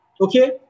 okay